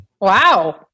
Wow